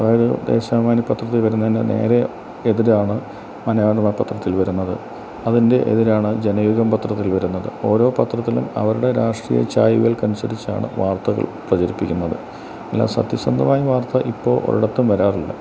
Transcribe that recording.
അതായത് ദേശാഭിമാനി പത്രത്തില് വരുന്നതിന് നേരേ എതിരാണ് മനോരമ പത്രത്തില് വരുന്നത് അതിൻ്റെ എതിരാണ് ജനയുഗം പത്രത്തില് വരുന്നത് ഓരോ പത്രത്തിലും അവരുടെ രാഷ്ട്രീയ ചായ്വുകൾക്ക് അനുസരിച്ചാണ് വാർത്തകൾ പ്രചരിപ്പിക്കുന്നത് എല്ലാ സത്യസന്ധമായ വാർത്ത ഇപ്പോള് ഒരിടത്തും വരാറില്ല